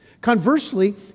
Conversely